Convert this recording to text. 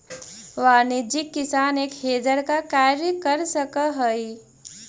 वाणिज्यिक किसान एक हेजर का कार्य कर सकअ हई